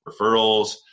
referrals